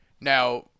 Now